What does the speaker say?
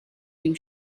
you